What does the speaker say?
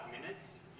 minutes